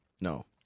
No